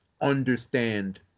understand